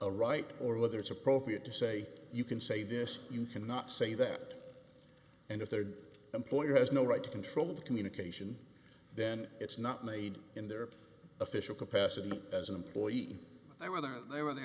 a right or whether it's appropriate to say you can say this you cannot say that and if the employer has no right to control the communication then it's not made in their official capacity as an employee i whether they